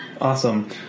Awesome